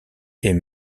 est